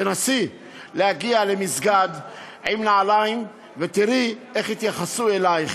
תנסי להגיע למסגד עם נעליים ותראי איך יתייחסו אלייך.